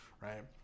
right